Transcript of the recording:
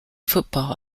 football